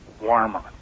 warmer